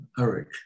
Eric